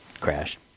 crash